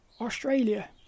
australia